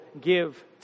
give